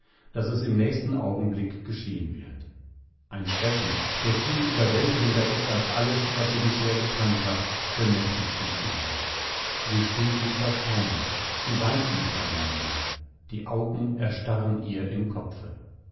daß es im nächsten augenblick geschehen wird ein schrecken der viel überwältigender ist als alles was sie bisher gekannt hat bemächtigt sich ihrer sie steht wie versteinert sie weint nicht einmal mehr die augen erstarren ihr im kopfe